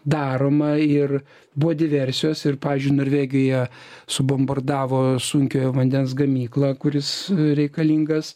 daroma ir buvo diversijos ir pavyzdžiui norvegijoje subombardavo sunkiojo vandens gamyklą kuris reikalingas